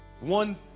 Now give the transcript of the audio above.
One